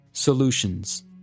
Solutions